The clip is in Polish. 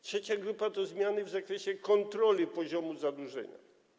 Trzecia grupa to zmiany w zakresie kontroli poziomu zadłużenia.